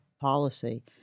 policy